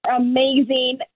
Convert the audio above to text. amazing